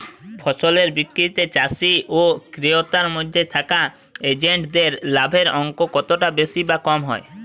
ফসলের বিক্রিতে চাষী ও ক্রেতার মধ্যে থাকা এজেন্টদের লাভের অঙ্ক কতটা বেশি বা কম হয়?